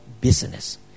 business